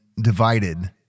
divided